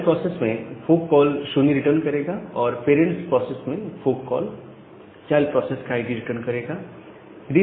child process में fork call 0 return करेगा और पेरेंट्स प्रोसेस में फोर्क कॉल चाइल्ड प्रोसेस का आईडी रिटर्न करेगा